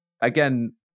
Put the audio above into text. Again